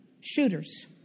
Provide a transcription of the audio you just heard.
shooters